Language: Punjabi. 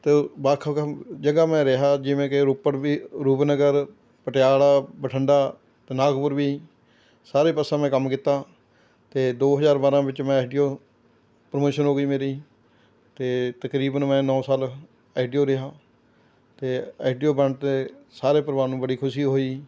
ਅਤੇ ਵੱਖ ਵੱਖ ਜਗ੍ਹਾ ਮੈਂ ਰਿਹਾ ਜਿਵੇਂ ਕਿ ਰੋਪੜ ਵੀ ਰੂਪਨਗਰ ਪਟਿਆਲਾ ਬਠਿੰਡਾ ਨਾਗਪੁਰ ਵੀ ਸਾਰੇ ਪਾਸੇ ਮੈਂ ਕੰਮ ਕੀਤਾ ਅਤੇ ਦੋ ਹਜ਼ਾਰ ਬਾਰ੍ਹਾਂ ਵਿੱਚ ਮੈਂ ਐੱਸ ਡੀ ਓ ਪ੍ਰਮੋਸ਼ਨ ਹੋ ਗਈ ਮੇਰੀ ਅਤੇ ਤਕਰੀਬਨ ਮੈਂ ਨੌ ਸਾਲ ਐੱਸ ਡੀ ਓ ਰਿਹਾ ਅਤੇ ਐੱਸ ਡੀ ਓ ਬਣਨ 'ਤੇ ਸਾਰੇ ਪਰਿਵਾਰ ਨੂੰ ਬੜੀ ਖੁਸ਼ੀ ਹੋਈ